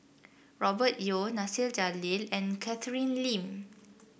Robert Yeo Nasir Jalil and Catherine Lim